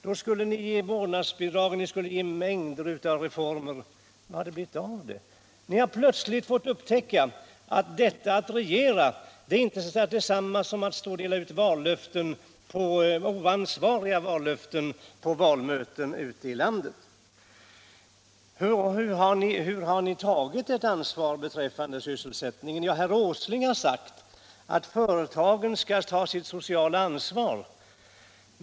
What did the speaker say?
Då skulle ni ge vårdnadsbidrag, och då skulle ni genomföra mängder av reformer. Vad har det blivit av detta? Jo, ni har plötsligt upptäckt att detta med att regera, det är inte detsamma som att stå och dela ut oansvariga vallöften på valmöten ute i landet. Hur har ni t.ex. tagit ert ansvar beträffande sysselsättningen? Herr Åsling har ju sagt att företagen skall ta sitt sociala ansvar.